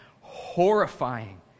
horrifying